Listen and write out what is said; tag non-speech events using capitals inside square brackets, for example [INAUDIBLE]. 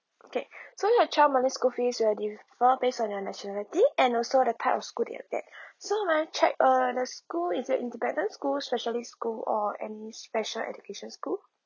okay [BREATH] so your child monthly school fees will di~ fall based on your nationality and also the type of school they attend [BREATH] so may I check uh school is it independence school specialist school or M_O_E special education school